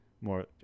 more